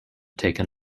taken